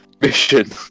mission